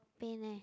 pain leh